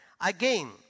Again